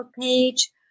page